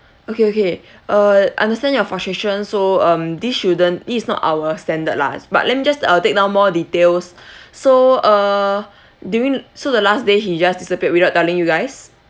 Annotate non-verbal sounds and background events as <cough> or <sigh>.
okay okay uh understand your frustration so um this shouldn't this is not our standard lah s~ but let me just uh take down more details <breath> so uh during so the last day he just disappeared without telling you guys